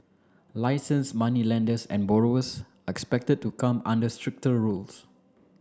licensed moneylenders and borrowers are expected to come under stricter rules